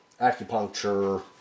acupuncture